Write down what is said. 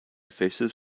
faces